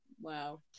wow